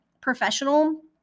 professional